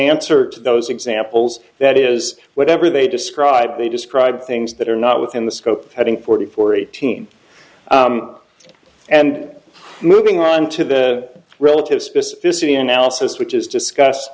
answer to those examples that is whatever they describe they describe things that are not within the scope of having forty four eighteen and moving on to the relative specifics of the analysis which is discuss